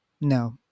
No